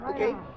okay